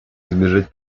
избежать